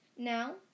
Now